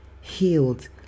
healed